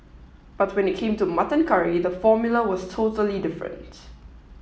but when it came to mutton curry the formula was totally different